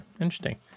Interesting